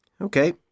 Okay